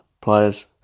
players